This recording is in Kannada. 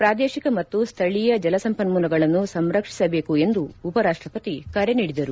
ಪ್ರಾದೇಶಿಕ ಮತ್ತು ಸ್ಥಳೀಯ ಜಲಸಂಪನ್ಮೂಲಗಳನ್ನು ಸಂರಕ್ಷಿಸಬೇಕು ಎಂದು ಉಪ ರಾಷ್ಟಪತಿ ಕರೆ ನೀಡಿದರು